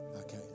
Okay